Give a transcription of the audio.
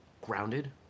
grounded